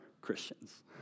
Christians